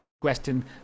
question